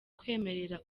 kwemerera